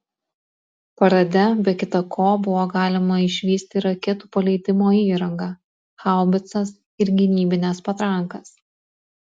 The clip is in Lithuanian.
parade be kita ko buvo galima išvysti raketų paleidimo įrangą haubicas ir gynybines patrankas